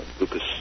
Lucas